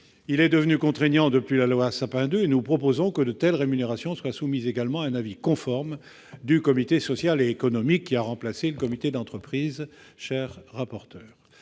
Il est devenu contraignant depuis la loi Sapin II et nous proposons que de telles rémunérations soient soumises également à un avis conforme du comité social et économique, qui a remplacé le comité d'entreprise. Au Danemark,